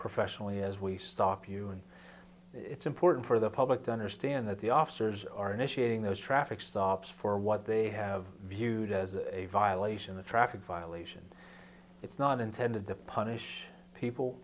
professionally as we stop you and it's important for the public to understand that the officers are initiating those traffic stops for what they have viewed as a violation a traffic violation it's not intended to punish people